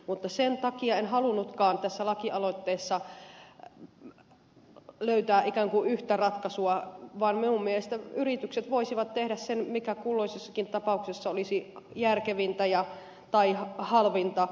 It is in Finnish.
mutta sen takia en halunnutkaan tässä lakialoitteessani löytää ikään kuin yhtä ratkaisua vaan minun mielestäni yritykset voisivat tehdä sen mikä kulloisessakin tapauksessa olisi järkevintä tai halvinta